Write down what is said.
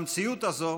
במציאות הזאת